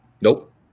Nope